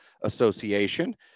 Association